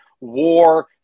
war